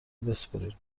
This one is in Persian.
بسپرین